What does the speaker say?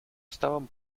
estaban